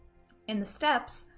in the steppes,